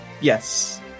Yes